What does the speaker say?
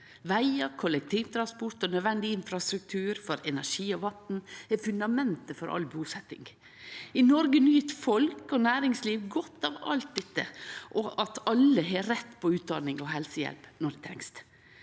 Vegar, kollektivtransport og nødvendig infrastruktur for energi og vatn er fundamentet for all busetjing. I Noreg nyt folk og næringsliv godt av alt dette og at alle har rett på utdanning og helsehjelp når det trengst.